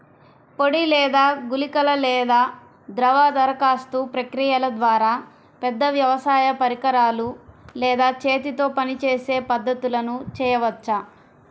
పొడి లేదా గుళికల లేదా ద్రవ దరఖాస్తు ప్రక్రియల ద్వారా, పెద్ద వ్యవసాయ పరికరాలు లేదా చేతితో పనిచేసే పద్ధతులను చేయవచ్చా?